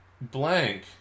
blank